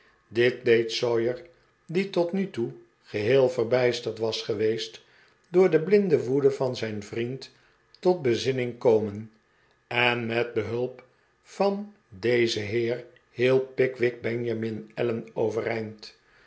dit deed sawyer die tot nu toe geheel verbijsterd was geweest door de blinde woede van zijn vriend tot bezinning komenj en met behulp van dezen heer hielp pickwick benjamin allen